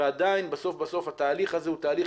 ועדיין בסוף בסוף התהליך הזה הוא תהליך